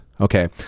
Okay